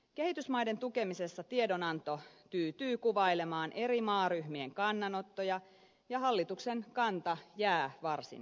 kehitysmaiden tukemisessa tiedonanto tyytyy kuvailemaan eri maaryhmien kannanottoja ja hallituksen kanta jää varsin epäselväksi